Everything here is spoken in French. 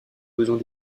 besoins